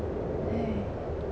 !hais!